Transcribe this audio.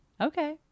okay